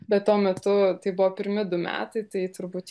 bet tuo metu tai buvo pirmi du metai tai turbūt